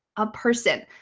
a person.